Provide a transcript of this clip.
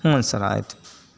ಹೂಂ sir ಆಯಿತು